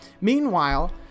Meanwhile